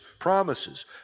promises